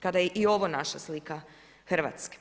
Kada je i ovo naša slika Hrvatske.